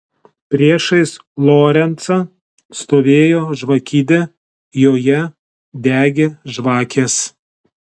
priešais lorencą stovėjo žvakidė joje degė žvakės